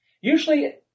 Usually